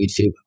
YouTube